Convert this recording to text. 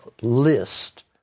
list